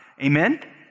Amen